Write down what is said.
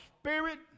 spirit